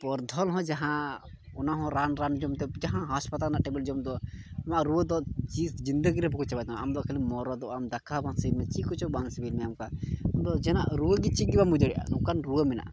ᱯᱚᱨᱫᱷᱚᱞ ᱦᱚᱸ ᱡᱟᱦᱟᱸ ᱚᱱᱟ ᱦᱚᱸ ᱨᱟᱱ ᱨᱟᱱ ᱡᱚᱢ ᱫᱚ ᱡᱟᱦᱟᱸ ᱦᱟᱥᱯᱟᱛᱟᱞ ᱨᱮᱱᱟᱜ ᱴᱮᱵᱽᱞᱮᱹᱴ ᱡᱚᱢ ᱫᱚ ᱱᱚᱣᱟ ᱨᱩᱣᱟᱹᱫᱚ ᱡᱤᱱᱫᱮᱜᱤ ᱨᱮ ᱵᱟᱠᱚ ᱪᱟᱵᱟᱭ ᱛᱟᱢᱟ ᱟᱢᱫᱚ ᱮᱠᱮᱱ ᱢᱚᱨᱚᱫᱚᱜ ᱟᱢ ᱫᱟᱠᱟ ᱦᱚᱸ ᱵᱟᱝ ᱥᱤᱵᱤᱞ ᱢᱮᱭᱟ ᱪᱮᱫ ᱠᱚᱪᱚᱝ ᱵᱟᱝ ᱥᱤᱵᱤᱞ ᱢᱮᱭᱟ ᱚᱱᱠᱟ ᱡᱟᱦᱟᱱᱟᱜ ᱨᱩᱣᱟᱹ ᱪᱮᱫ ᱜᱮ ᱵᱟᱢ ᱵᱩᱡᱽ ᱫᱟᱲᱮᱭᱟᱜᱼᱟ ᱱᱚᱝᱠᱟᱱ ᱨᱩᱣᱟᱹ ᱢᱮᱱᱟᱜᱼᱟ